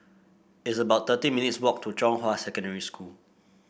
it's about thirty minutes' walk to Zhonghua Secondary School